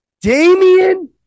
Damian